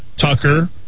Tucker